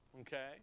Okay